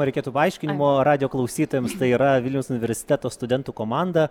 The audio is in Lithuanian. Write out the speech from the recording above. reikėtų paaiškinimo radijo klausytojams tai yra vilniaus universiteto studentų komanda